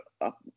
up